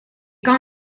kan